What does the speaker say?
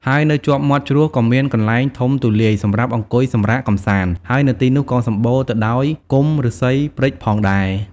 ហើយនៅជាប់មាត់ជ្រោះក៏មានកន្លែងធំទូលាយសម្រាប់អង្គុយសម្រាកកំសាន្ត ហើយនៅទីនោះក៏សម្បូរទៅដោយគុម្ពឬស្សីព្រេចផងដែរ។